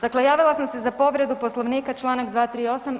Dakle, javila sam se za povredu Poslovnika članak 238.